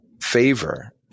favor